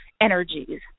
energies